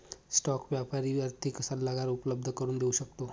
stock व्यापारी आर्थिक सल्लागार उपलब्ध करून देऊ शकतो